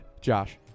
Josh